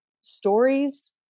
stories